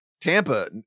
Tampa